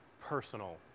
personal